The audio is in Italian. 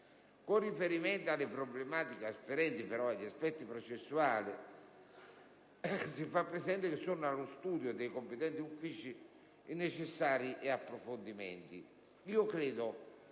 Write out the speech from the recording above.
Con riferimento alle problematiche afferenti, però, agli aspetti processuali, si fa presente che sono allo studio dei competenti uffici i necessari approfondimenti.